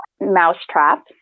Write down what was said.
Mousetrap